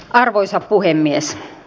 arvoisa puhemies